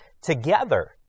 together